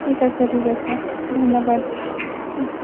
ঠিক আছে ঠিক আছে ধন্যবাদ